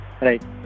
Right